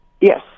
Yes